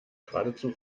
geradezu